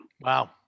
Wow